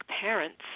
parents